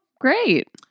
great